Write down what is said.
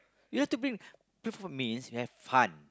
you have to think play for means you have fun